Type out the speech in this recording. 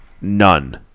None